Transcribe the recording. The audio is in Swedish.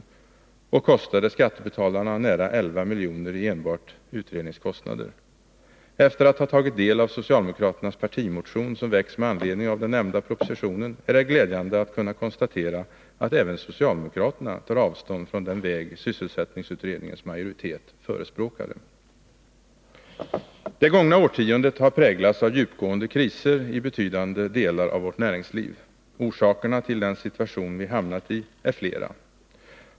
Enbart utredningsarbetet kostade skattebetalarna nära 11 miljoner. Efter att ha tagit del av socialdemokraternas partimotion som väckts med anledning av den nämnda propositionen är det glädjande att kunna konstatera att även socialdemokraterna tar avstånd från den väg som sysselsättningsutredningens majoritet förespråkade. Det gångna årtiondet har präglats av djupgående kriser inom betydande delar av vårt näringsliv. Orsakerna till den situation vi hamnat i är flera.